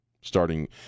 Starting